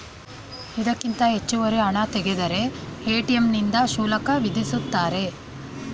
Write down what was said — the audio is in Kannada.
ಇದಕ್ಕಿಂತ ಹೆಚ್ಚುವರಿ ಹಣ ತೆಗೆದರೆ ಎ.ಟಿ.ಎಂ ನಿಂದ ಶುಲ್ಕ ವಿಧಿಸುತ್ತಾರೆ